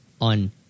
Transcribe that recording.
on